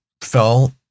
fell